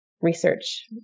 research